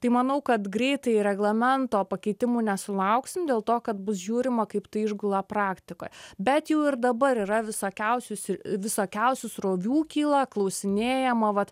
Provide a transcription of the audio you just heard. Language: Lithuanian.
tai manau kad greitai reglamento pakeitimų nesulauksime dėl to kad bus žiūrima kaip tai išgula praktikoje bet jau ir dabar yra visokiausių visokiausių srovių kyla klausinėjama vat